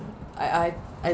I I I